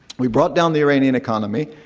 we brought down the iranian economy,